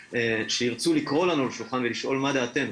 שירצו לקרוא לנו לשולחן ולשאול מה דעתנו.